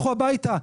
לכו הביתה,